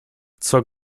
zur